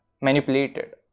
manipulated